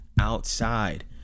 outside